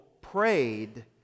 prayed